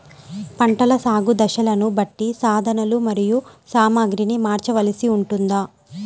పంటల సాగు దశలను బట్టి సాధనలు మరియు సామాగ్రిని మార్చవలసి ఉంటుందా?